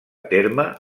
terme